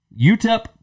UTEP